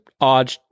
odd